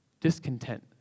discontent